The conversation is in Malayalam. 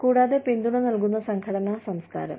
കൂടാതെ പിന്തുണ നൽകുന്ന സംഘടനാ സംസ്കാരം